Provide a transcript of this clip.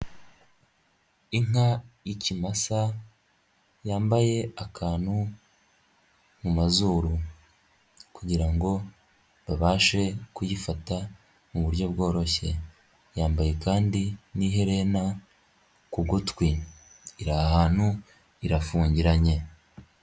Inka y'ikimasa yambaye akantu mu mazuru, kugira ngo babashe kuyifata mu buryo bworoshye yambaye kandi n'iherena ku gutwi iri hantu irafungiranye.